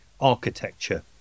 architecture